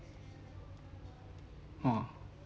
!huh!